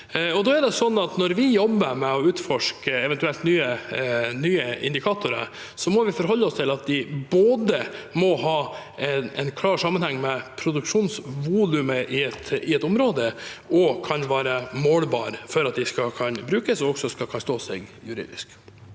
Når vi jobber med å utforske eventuelle nye indikatorer, må vi forholde oss til at de både må ha en klar sammenheng med produksjonsvolumet i et område og kan være målbare, for at de skal kunne brukes og også kan stå seg juridisk.